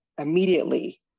immediately